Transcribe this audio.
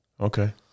Okay